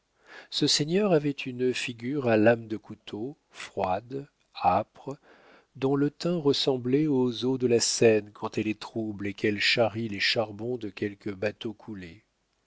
ce seigneur avait une figure à lame de couteau froide âpre dont le teint ressemblait aux eaux de la seine quand elle est trouble et qu'elle charrie les charbons de quelque bateau